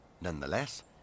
Nonetheless